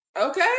okay